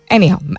Anyhow